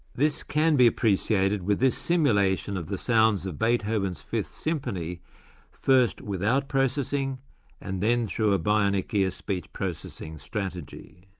this can be appreciated with this simulation of the sounds of beethoven's fifth symphony first without processing and then through a bionic ear speech processing strategy